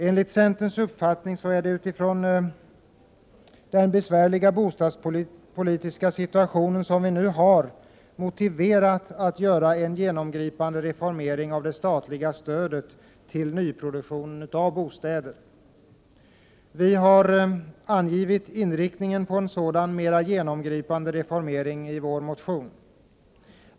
Enligt centerns uppfattning är det, utifrån den besvärliga bostadspolitiska situationen som vi nu har, motiverat att göra en genomgripande reformering av det statliga stödet till nyproduktion av bostäder. Vi har angivit inriktningen på en sådan mera genomgripande reformering i vår motion.